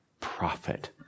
prophet